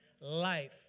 Life